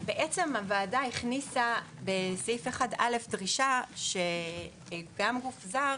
הוועדה הכניסה בסעיף 1א דרישה שפיקוח ואכיפה גם על גוף זר